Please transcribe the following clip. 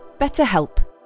BetterHelp